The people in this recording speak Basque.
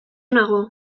nago